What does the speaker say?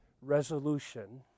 resolution